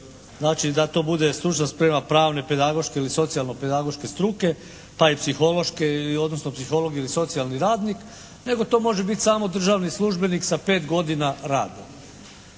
znači da to bude stručna sprema pravne pedagoške ili socijalno pedagoške struke, pa i psihološke odnosno psiholog ili socijalni radnik, nego to može biti samo državni službenik sa pet godina rada.